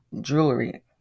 jewelry